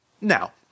now